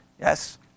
Yes